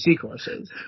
courses